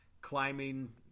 climbing